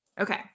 Okay